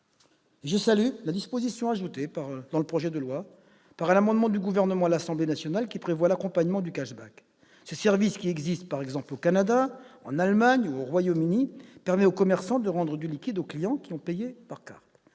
Je salue la disposition, ajoutée dans le projet de loi par un amendement du Gouvernement adopté par l'Assemblée nationale, qui prévoit l'accompagnement du. Ce service, qui existe, par exemple, au Canada, en Allemagne ou au Royaume-Uni, permet aux commerçants de rendre du liquide aux clients qui ont payé par carte.